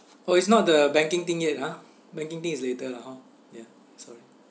oh it's not the banking thing yet ah banking thing is later lah hor ya sorry